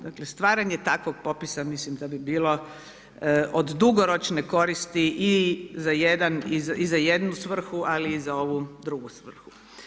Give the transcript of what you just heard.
Dakle stvaranje takvog popisa mislim da bi bilo od dugoročne koristi i za jednu svrhu ali i za ovu drugu svrhu.